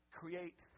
create